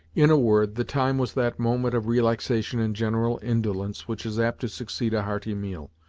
in a word, the time was that moment of relaxation and general indolence which is apt to succeed a hearty meal,